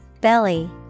Belly